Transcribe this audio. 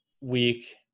week